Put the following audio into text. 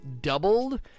doubled